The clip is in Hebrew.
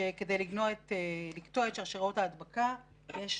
שכדי לקטוע את שרשראות ההדבקה יש